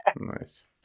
Nice